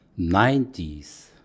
90s